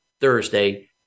Thursday